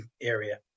area